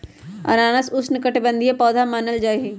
अनानास उष्णकटिबंधीय पौधा मानल जाहई